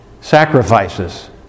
sacrifices